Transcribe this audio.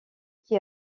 qui